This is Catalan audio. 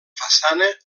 façana